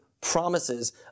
promises